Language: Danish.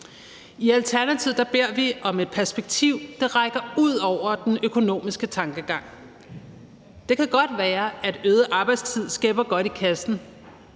I Alternativet beder vi om et perspektiv, der rækker ud over den økonomiske tankegang. Det kan godt være, at øget arbejdstid skæpper godt i kassen,